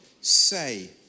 say